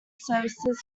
services